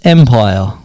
Empire